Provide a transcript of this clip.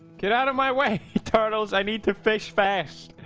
get out of my way turtles i need to fish fast